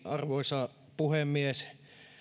arvoisa puhemies